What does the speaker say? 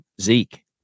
Zeke